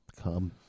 Come